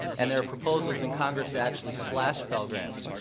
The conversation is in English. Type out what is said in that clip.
and there are proposals in congress to actually slash pell grants,